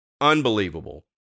unbelievable